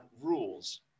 rules